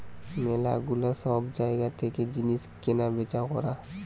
ম্যালা গুলা সব জায়গা থেকে জিনিস কেনা বেচা করা